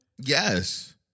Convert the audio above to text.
Yes